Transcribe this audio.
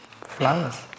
flowers